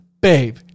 babe